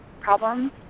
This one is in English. problems